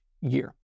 year